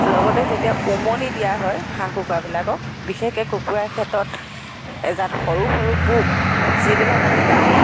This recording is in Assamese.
লগতে যেতিয়া উমনি দিয়া হয় হাঁহ কুকুৰাবিলাকক বিশেষকৈ কুকুৰাৰ ক্ষেত্ৰত এজাত সৰু সৰু পোক যিবিলাক আমি গাঁৱত